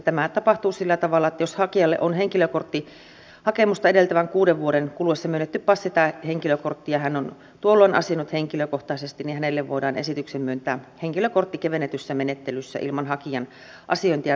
tämä tapahtuu sillä tavalla että jos hakijalle on henkilökorttihakemusta edeltävän kuuden vuoden kuluessa myönnetty passi tai henkilökortti ja hän on tuolloin asioinut henkilökohtaisesti niin hänelle voidaan esityksen mukaan myöntää henkilökortti kevennetyssä menettelyssä ilman hakijan asiointia viranomaisessa